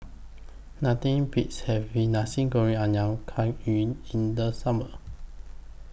Nothing Beats having Nasi Goreng Ayam Kunyit in The Summer